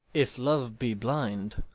if love be blind,